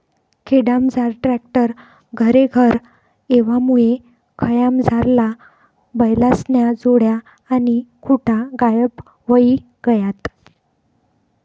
खेडामझार ट्रॅक्टर घरेघर येवामुये खयामझारला बैलेस्न्या जोड्या आणि खुटा गायब व्हयी गयात